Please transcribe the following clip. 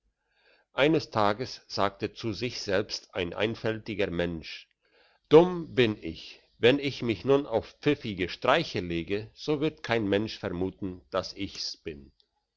eines tages sagte zu sich selbst ein einfältiger mensch dumm bin ich wenn ich mich nun auf pfiffige streiche lege so wird kein mensch vermuten dass ich's bin